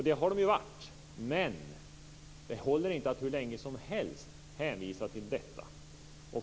Det har de varit, men det håller inte att hur länge som helst hänvisa till detta.